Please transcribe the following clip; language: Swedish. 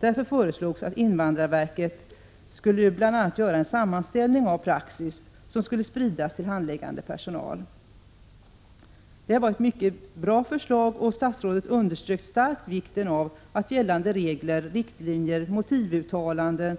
Därför föreslogs att invandrarverket bl.a. skulle göra en sammanställning av praxis att spridas till handläggande personal. Det var ett mycket bra förslag. Statsrådet underströk starkt vikten av att gällande regler, riktlinjer, motivuttalanden